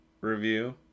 review